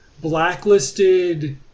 blacklisted